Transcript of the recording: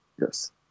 Yes